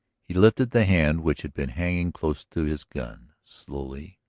he lifted the hand which had been hanging close to his gun. slowly,